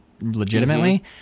Legitimately